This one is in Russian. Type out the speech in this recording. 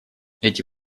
эти